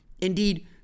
Indeed